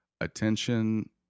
Attention